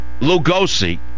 Lugosi